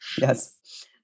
Yes